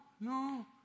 no